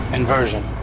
Inversion